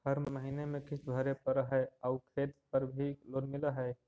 हर महीने में किस्त भरेपरहै आउ खेत पर भी लोन मिल है?